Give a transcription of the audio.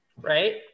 Right